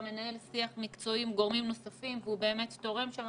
מנהל שיח מקצועי עם גורמים נוספים והוא באמת תורם שם,